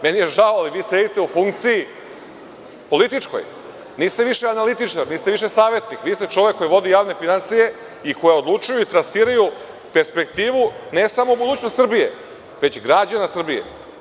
Meni je žao, ali vi sedite u funkciji političkoj, niste više analitičar, niste više savetnik, vi ste čovek koji vodi javne finansije koje odlučuju i trasiraju perspektivu, ne samo budućnost Srbije, već građana Srbije.